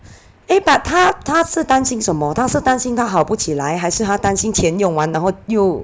eh but 她她是担心什么她是担心她好不起来还是她担心钱用完然后又